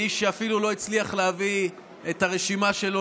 האיש שאפילו לא הצליח להביא את הרשימה שלו